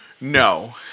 No